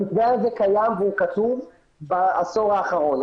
המתווה הזה קיים והוא כתוב בעשור האחרון.